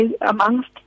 amongst